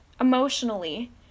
emotionally